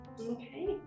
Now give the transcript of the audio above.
okay